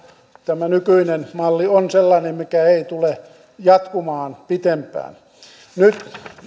tämä nykyinen malli on sellainen mikä ei tule jatkumaan pitempään nyt